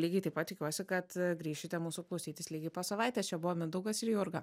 lygiai taip pat tikiuosi kad grįšite mūsų klausytis lygiai po savaitės čia buvo mindaugas ir jurga